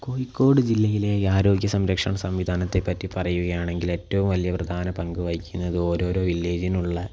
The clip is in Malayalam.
കോഴിക്കോട് ജില്ലയിലെ ആരോഗ്യ സംരക്ഷണ സംവിധാനത്തെപ്പറ്റി പറയുകയാണെങ്കിൽ ഏറ്റവും വലിയ പ്രധാന പങ്കുവഹിക്കുന്നത് ഓരോരോ വില്ലേജിനുള്ള